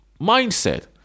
mindset